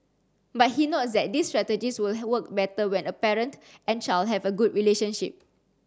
but he notes that these strategies will work better when a parent and child have a good relationship